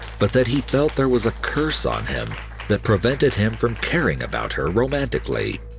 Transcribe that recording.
but that he felt there was a curse on him that prevented him from caring about her romantically.